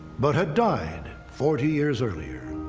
but had died forty years earlier.